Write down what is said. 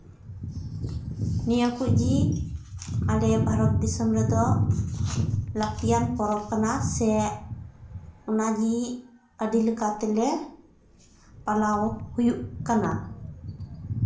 ᱱᱤᱭᱟᱹ ᱠᱚ ᱜᱮ ᱟᱞᱮ ᱵᱷᱟᱨᱚᱛ ᱫᱤᱥᱚᱢ ᱨᱮᱫᱚ ᱞᱟᱹᱠᱛᱤᱭᱟᱱ ᱯᱚᱨᱚᱵ ᱠᱟᱱᱟ ᱥᱮ ᱚᱱᱟᱜᱮ ᱟᱹᱰᱤᱞᱮᱠᱟᱛᱮᱞᱮ ᱯᱟᱞᱟᱣ ᱦᱩᱭᱩᱜ ᱠᱟᱱᱟ